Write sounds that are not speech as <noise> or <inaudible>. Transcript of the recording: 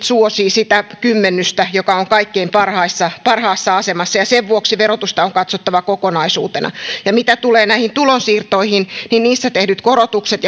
<unintelligible> suosivat sitä kymmenystä joka on kaikkein parhaassa parhaassa asemassa sen vuoksi verotusta on katsottava kokonaisuutena ja mitä tulee näihin tulonsiirtoihin niin niissä tehdyt korotukset <unintelligible>